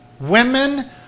Women